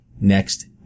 next